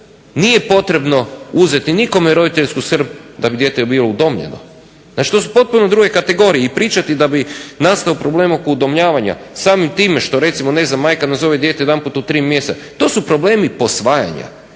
Nije potrebno uzeti nikome roditeljsku skrb da bi dijete bilo udomljeno što su potpuno druge kategorije. I pričati da bi nastao problem oko udomljavanja samim time što recimo majka nazove dijete jedanputa u tri mjeseca, to su problemi posvajanja